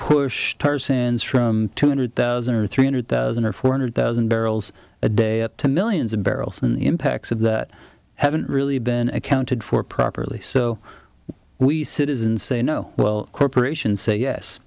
sands from two hundred thousand or three hundred thousand or four hundred thousand barrels a day up to millions of barrels an impacts of that haven't really been accounted for properly so we citizens say no well corporations say yes